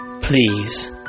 Please